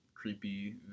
creepy